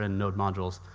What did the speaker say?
and node modules,